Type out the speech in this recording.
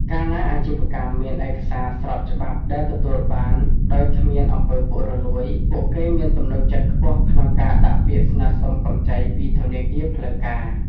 កាលណាអាជីវកម្មមានឯកសារស្របច្បាប់ដែលទទួលបានដោយគ្មាន អំពើពុករលួយ ពួកគេមានទំនុកចិត្តខ្ពស់ក្នុងការដាក់ពាក្យស្នើសុំកម្ចីពីធនាគារផ្លូវការ។